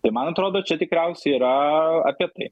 tai man atrodo čia tikriausiai yra apie tai